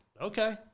Okay